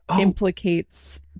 implicates